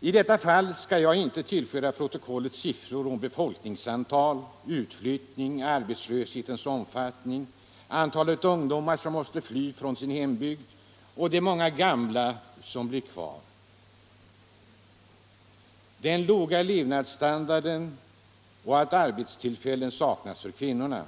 i I detta sammanhang skall jag inte tillföra protokollet siffror om be = Västernorrlands folkningsantal, utflyttning, arbetslöshetens omfattning, antalet ungdomar — län som har måst fly från sin hembygd och de många gamla som blivit kvar, den låga levnadsstandarden och arbetstillfällen som saknas för kvinnorna.